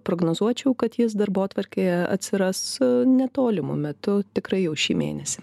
prognozuočiau kad jis darbotvarkėje atsiras netolimu metu tikrai jau šį mėnesį